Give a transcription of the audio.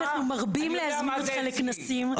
אנחנו מרבים להזמין אותך לכנסים,